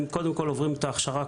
הם קודם כל עוברים את ההכשרה,